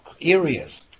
areas